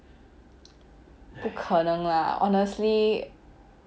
不可能 lah honestly